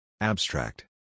Abstract